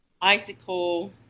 icicle